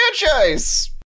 franchise